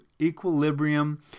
equilibrium